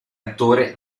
attore